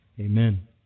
Amen